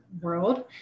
world